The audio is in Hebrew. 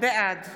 בעד